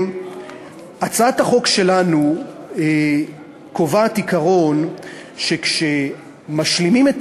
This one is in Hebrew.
הצעת החוק שלנו קובעת עיקרון שכשמשלימים את